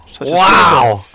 Wow